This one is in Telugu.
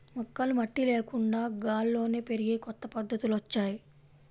మొక్కలు మట్టి లేకుండా గాల్లోనే పెరిగే కొత్త పద్ధతులొచ్చాయ్